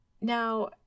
Now